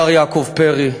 השר יעקב פרי,